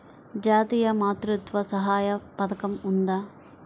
జాతీయ మాతృత్వ సహాయ పథకం ఉందా?